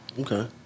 Okay